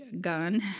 gun